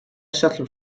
settler